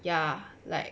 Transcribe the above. ya like